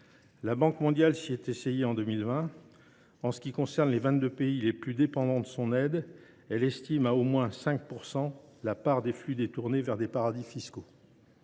La Banque mondiale s’y est essayée en 2020. En ce qui concerne les vingt deux pays les plus dépendants de son aide, elle estime à au moins 5 % la part des flux détournés vers des paradis fiscaux.